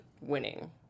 winning